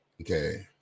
Okay